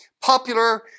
popular